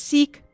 Seek